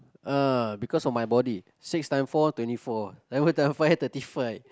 ah because of my body six times four twenty four seven times five thirty five